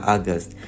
August